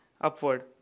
upward